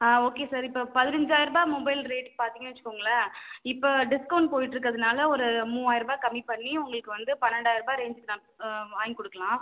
ஆ okay sir இப்போ பதினைஞ்சாயரூபா mobile ரேட்டுக்கு பார்த்தீங்கன்னா வெச்சிக்கோங்களேன் இப்போ டிஸ்கவுண்ட் போய்ட்டு இருக்கிறதுனால ஒரு மூவாயரூபா கம்மி பண்ணி உங்களுக்கு வந்து பன்னெண்டாயரூபா ரேஞ்சுக்கு நா வாங்கி கொடுக்கலாம்